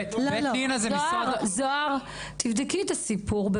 תבדקי את זה בבקשה.